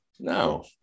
No